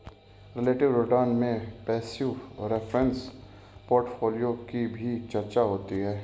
relative return में passive reference portfolio की भी चर्चा होती है